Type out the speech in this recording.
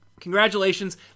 congratulations